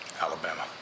Alabama